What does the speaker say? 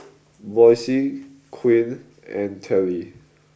Boysie Quinn and Dellie